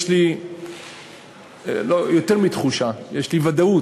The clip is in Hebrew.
יש לי יותר מתחושה, יש לי ודאות,